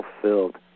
fulfilled